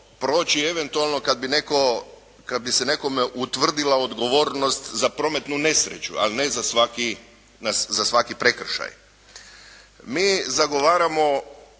proći eventualno kada bi se nekome utvrdila odgovornost za prometnu nesreću, a ne za svaki prekršaj. Mi zagovaramo